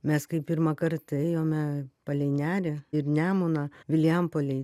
mes kai pirmąkart ėjome palei nerį ir nemuną vilijampolėj